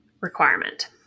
requirement